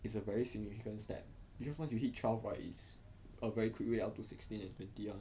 it's a very significant step because once you hit twelve right it's a very quick way up to sixteen and twenty one